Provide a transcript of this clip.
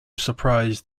surprise